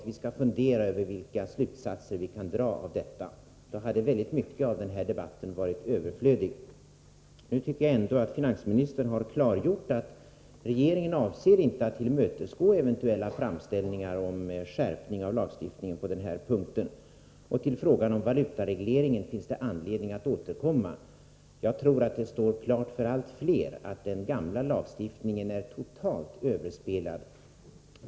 Vi skall fundera över vilka slutsatser vi kan dra. — Då hade mycket av den här debatten varit överflödig. Nu tycker jag ändå att finansministern har klargjort att regeringen inte Nr 119 avser att tillmötesgå eventuella framställningar om skärpning av lagstiftning Fredagen den på den här punkten. Men det finns anledning att återkomma till frågan om —& april 1984 valutaregleringen. Jag tror att det står klart för allt fler att den gamla lagstiftningen är totalt överspelad.